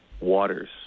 waters